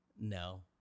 no